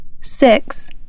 Six